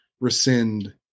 rescind